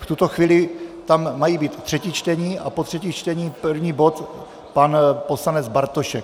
V tuto chvíli tam mají být třetí čtení a po třetích čteních první bod, pan poslanec Bartošek.